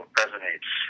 resonates